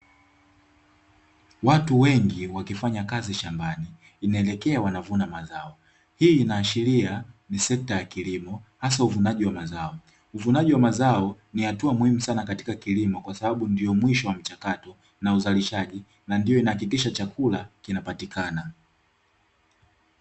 Watu wengi wakifanya kazi shambani, inaelekea wanavuna mazao. Hii inaashiria ni sekta ya kilimo hasa uvunaji wa mazao. Uvunaji wa mazao ni hatua muhimu katika kilimo, kwa sababu ndio mwisho wa mchakato na uzalishaji, na ndio inahakikisha chakula kinapatikana.